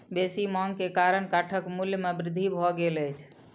बेसी मांग के कारण काठक मूल्य में वृद्धि भ गेल अछि